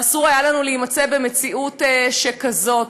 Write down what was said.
ואסור היה לנו להימצא במציאות שכזאת,